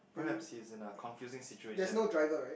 perhaps he's in a confusing situation would